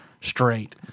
straight